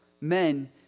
men